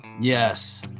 Yes